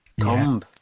Comb